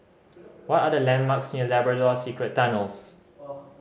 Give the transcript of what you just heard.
what are the landmarks near Labrador Secret Tunnels